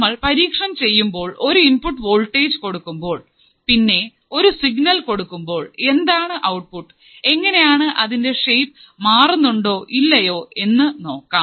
നമ്മൾ പരീക്ഷണം ചെയ്യുമ്പോൾ ഒരു ഇൻപുട്ട് വോൾട്ടേജ് കൊടുക്കുമ്പോൾ പിന്നെ ഒരു സിഗ്നൽ കൊടുക്കുമ്പോൾ എന്താണ് ഔട്ട്പുട്ട് എങ്ങനെയാണ് അതിൻറെ ഷേപ്പ് മാറുന്നുണ്ടോ ഇല്ലയോ എന്ന് നോക്കാം